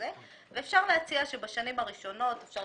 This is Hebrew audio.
מבחינתי הוא לא ישר ואני לא רוצה להלוות לו כסף ויהיו מקרים שלא